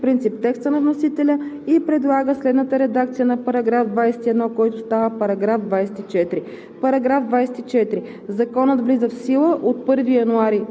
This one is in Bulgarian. Комисията подкрепя по принцип предложението. Комисията подкрепя по принцип текста на вносителя и предлага следната редакция на § 21, който става § 24: „§ 24.